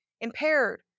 impaired